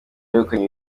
begukanye